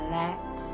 let